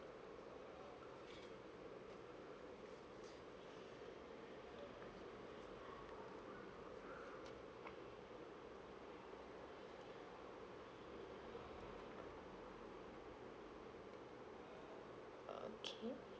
okay